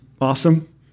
awesome